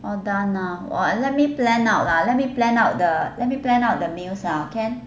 all done ah !wah! let me plan out lah let me plan out the meals lah can